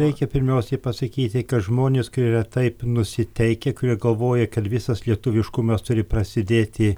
reikia pirmiausiai pasakyti kad žmonės kurie yra taip nusiteikę kurie galvoja kad visas lietuviškumas turi prasidėti